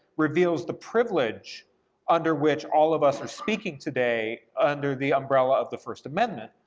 reveals the privilege under which all of us are speaking today under the umbrella of the first amendment,